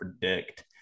predict